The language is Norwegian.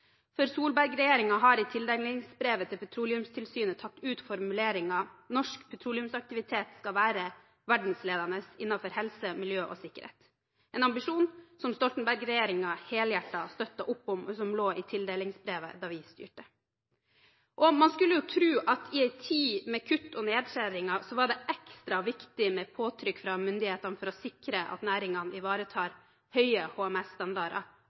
for Solberg-regjeringen har i tildelingsbrevet til Petroleumstilsynet tatt ut formuleringen om at «norsk petroleumsvirksomhet skal være verdensledende innenfor helse, miljø og sikkerhet», en ambisjon som Stoltenberg-regjeringen helhjertet støttet opp om, og som lå i tildelingsbrevet da vi styrte. Man skulle jo tro at det i en tid med kutt og nedskjæringer var ekstra viktig med påtrykk fra myndighetene for å sikre at næringene ivaretar høye